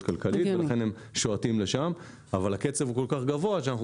כלכלית ולכן הן שועטות לשם אבל הקצב הוא כל כך גבוה שאנחנו